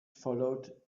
followed